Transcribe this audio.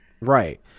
Right